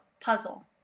puzzle